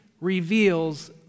reveals